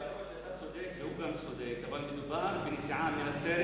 אתה צודק וגם הוא צודק, אבל מדובר בנסיעה מנצרת